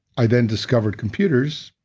i then discovered computers,